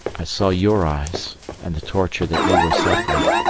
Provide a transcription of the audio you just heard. i saw your eyes and the torture that you were suffering.